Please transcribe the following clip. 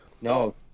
No